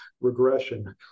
regression